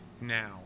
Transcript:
now